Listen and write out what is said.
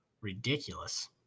ridiculous